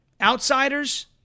Outsiders